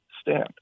stand